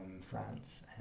France